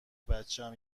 بچم